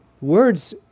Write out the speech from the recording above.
Words